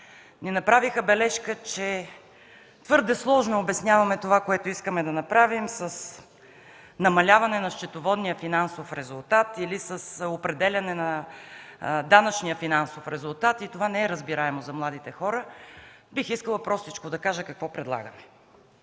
ни направиха бележка, че твърде сложно обясняваме това, което искаме да направим – с намаляване на счетоводния финансов резултат или с определяне на данъчния финансов резултат, и това не е разбираемо за младите хора, бих искала простичко да кажа какво предлагаме.